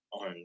on